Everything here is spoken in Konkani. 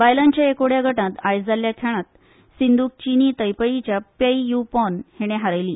बायलांच्या एकोड्या गटात आयज जाल्ल्या खेळात सिंधूक चीनी तैपेयीच्या पै यू पोनं हीणे हारयले